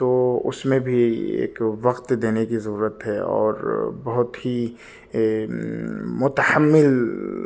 تو اس میں بھی ایک وقت دینے کی ضرورت ہے اور بہت ہی متحمل